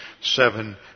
seven